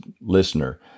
listener